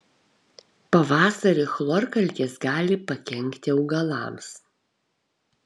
pavasarį chlorkalkės gali pakenkti augalams